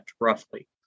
roughly